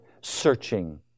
searching